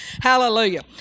Hallelujah